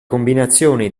combinazione